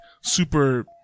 super